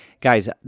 Guys